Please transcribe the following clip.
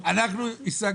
מי נמנע?